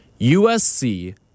USC